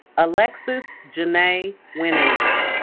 alexis janae wininger